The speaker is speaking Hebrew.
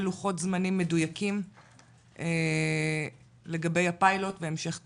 לוחות זמנים מדויקים לגבי הפיילוט והמשך טיפול.